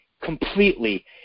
completely